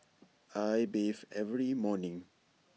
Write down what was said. I bathe every morning